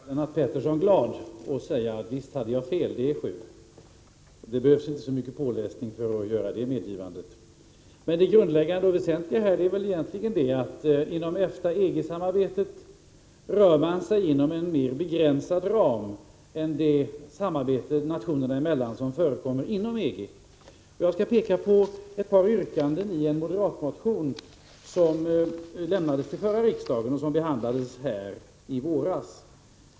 Herr talman! Jag vill gärna göra Lennart Pettersson glad och säga att jag visst hade fel: antalet är sju. Jag behöver inte gå till några skrifter för att göra det medgivandet. Men det grundläggande och väsentliga är väl egentligen att man inom EFTA-EG-samarbetet rör sig inom en mer begränsad ram än i det samarbete nationerna emellan som förekommer inom EG. Jag vill peka på ett par yrkanden i en moderatmotion som väcktes vid förra riksmötet och som behandlades här i våras.